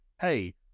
hey